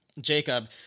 Jacob